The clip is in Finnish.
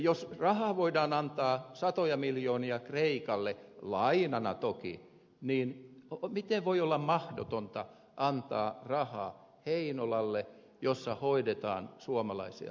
jos rahaa voidaan antaa satoja miljoonia kreikalle lainana toki niin miten voi olla mahdotonta antaa rahaa heinolalle jossa hoidetaan suomalaisia potilaita